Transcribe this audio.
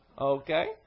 okay